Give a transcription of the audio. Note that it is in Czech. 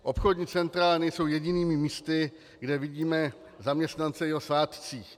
Obchodní centra ale nejsou jedinými místy, kde vidíme zaměstnance i o svátcích.